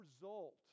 result